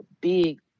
big